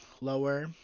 lower